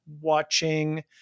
watching